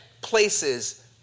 places